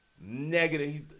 negative